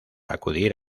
acudir